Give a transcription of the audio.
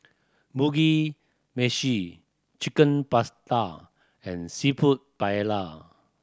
Mugi Meshi Chicken Pasta and Seafood Paella